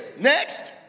Next